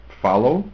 follow